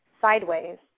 Sideways